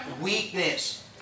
weakness